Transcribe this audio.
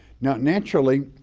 now, naturally,